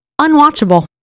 unwatchable